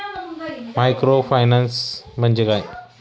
Microfinance म्हणजे काय?